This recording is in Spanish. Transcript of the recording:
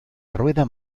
rueda